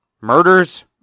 Murders